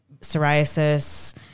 psoriasis